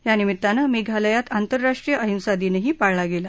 यानिमीत्तानं मेघालयात आंतरराष्ट्रीय अहिंसा दिनही पाळला गेला